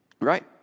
Right